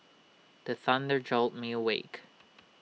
the thunder jolt me awake